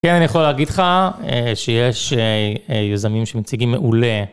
כן אני יכול להגיד לך שיש יוזמים שמציגים מעולה